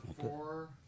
four